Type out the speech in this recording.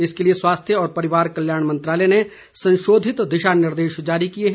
इसके लिए स्वास्थ्य और परिवार कल्याण मंत्रालय ने संशोधित दिशा निर्देश जारी किए हैं